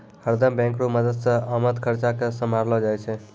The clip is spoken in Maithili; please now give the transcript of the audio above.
हरदम बैंक रो मदद से आमद खर्चा के सम्हारलो जाय छै